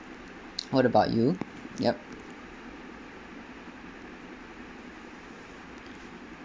what about you yup